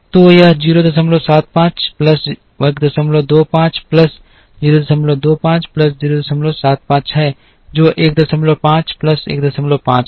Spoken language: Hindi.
तो यह 075 प्लस 125 प्लस 025 प्लस 075 है जो 15 प्लस 15 है 3 है